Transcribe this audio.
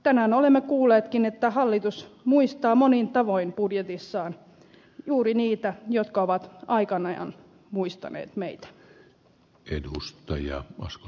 tänään olemme kuulleetkin että hallitus muistaa monin tavoin budjetissaan juuri niitä jotka ovat aikanaan muistaneet meitä